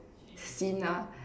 seen ah